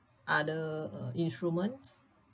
other uh instruments